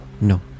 No